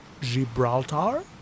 Gibraltar